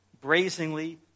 brazenly